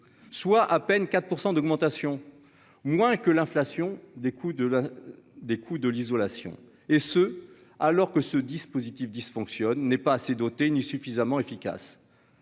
soit à peine 4 % d'augmentation moins que l'inflation des coûts de la des coups de l'isolation et ce, alors que ce dispositif dysfonctionne n'est pas assez doté ni suffisamment efficace,